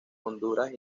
honduras